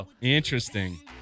Interesting